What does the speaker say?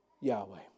yahweh